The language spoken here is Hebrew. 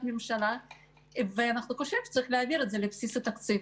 ממשלה ואנחנו חושבים שצריך להכניס את זה לבסיס התקציב.